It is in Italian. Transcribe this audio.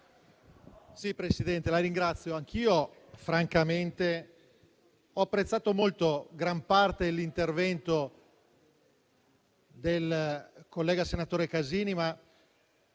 Presidente, anch'io francamente ho apprezzato molto gran parte dell'intervento del collega, senatore Casini, ma